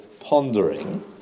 pondering